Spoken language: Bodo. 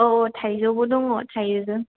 औ थाइजौबो दङ थाइजौ